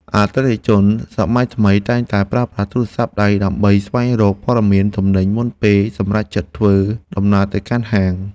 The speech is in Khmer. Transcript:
អតិថិជនសម័យថ្មីតែងតែប្រើប្រាស់ទូរស័ព្ទដៃ ដើម្បីស្វែងរកព័ត៌មានទំនិញមុនពេលសម្រេចចិត្តធ្វើដំណើរទៅកាន់ហាង។